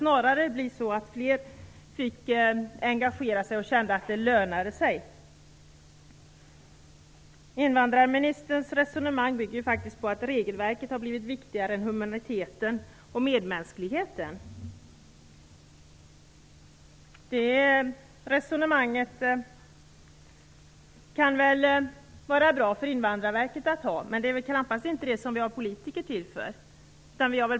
Snarare skulle det kunna få fler att engagera sig om man kände att det lönade sig. Invandrarministerns resonemang bygger på att regelverket har blivit viktigare än humaniteten och medmänskligheten. Detta resonemang kan vara bra för Invandrarverket att föra, men det är knappast detta vi har politiker till.